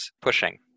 pushing